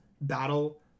battle